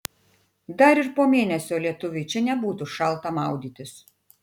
dar ir po mėnesio lietuviui čia nebūtų šalta maudytis